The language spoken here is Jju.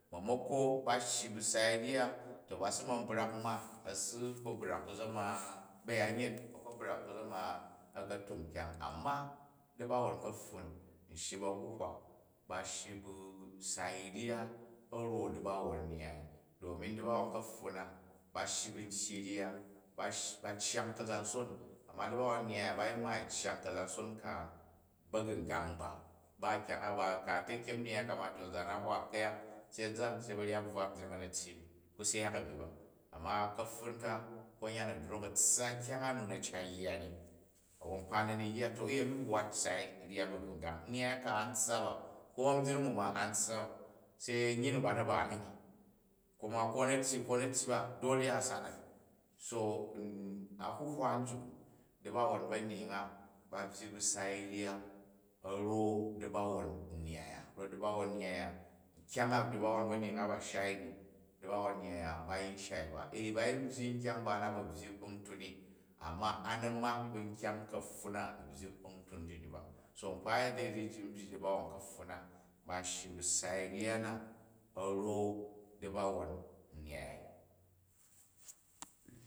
Maimako ba shgi bu sai rya, to ba ma̱ brak ma, a̱ si kpo brak ku zama ba̱yanye, a̱ kpo brak ku zama akatuk kyang. Amma da̱bowon kaptun n shiji bu ahuhwa ba shyi sai rya a̱ ra̱n da̱bawon nyyai a domin da̱bawon kapfun na, ba shyi bu ntyyi nja, ba shyi, ba cyang ka̱zanson, ma da̱bawon nnyyai ya, ba yi maai cyang ka̱zanson ka ba̱gu̱ngang ba, ba kyang a ba ka, ku a ta̱kyem nnygai to nzan a hwa, ku̱yak, se anza so ba̱ryat buwa a̱mbyring a̱na̱ tyyi mi ku syak a̱mi ba, amma ka̱pfun ka, konyan a̱ drok a̱ tssa kyang a no na̱ cat yya ni, a̱wwon nkpa na̱ ni yya to uyeni wwat sai nya ba̱gungang, nnyya ka, a n tssa ba, ko anbyring uma ani tssa ba se a̱yin nu ba na̱ ba mi ni, kuma ko a̱ na tyyi ko a̱ na̱ tyyi ba, dole a san a̱ni. To a huhwa nzuk u̱ dabawon banyying ba byyi ba sai rya a̱ ra̱n da̱bawon unyyai a, rot da̱bawon nngyai, bu kyang a da̱bawon banyying a ba shai ni da̱bawon nnyai a ba yin shai ba. Ee ba yin hyyi nkyang mba na ba byyi kpuntun ni amma ani mak ba nyring ka̱pfun na byyi kpuntun ji in ba, so nkpa yet dalili ji u byyi da̱bawon ka̱pfun na ba n shyi ba sai rya na, a̱ ra̱u da̱bawon nnyai a.